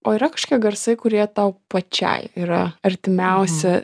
o yra šie garsai kurie tau pačiai yra artimiausi